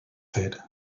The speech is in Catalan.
fer